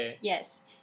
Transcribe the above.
Yes